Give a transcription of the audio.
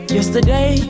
Yesterday